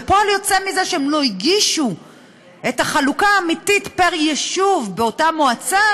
ופועל יוצא מזה שהם לא הגישו את החלוקה האמיתית פר יישוב באותה מועצה,